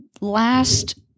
last